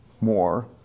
more